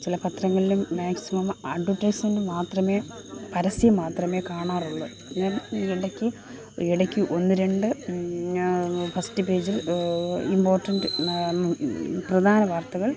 ചില പത്രങ്ങളിലും maximum advertisement മാത്രമേ പരസ്യം മാത്രമേ കാണാറുള്ളു പിന്നെ ഇടയ്ക്ക് ഒരിടയ്ക്ക് ഒന്ന് രണ്ട് ഫസ്റ്റ് പേജും ഇമ്പോർട്ടന്റ് പ്രധാനവാര്ത്തകള്